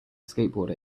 skateboarder